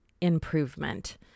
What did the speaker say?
improvement